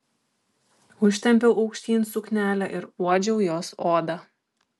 užtempiau aukštyn suknelę ir uodžiau jos odą